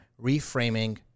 reframing